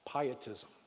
Pietism